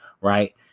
right